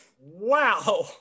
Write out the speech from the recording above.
Wow